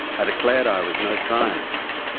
i declared i was no scientist.